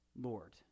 Lord